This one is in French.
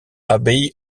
abbaye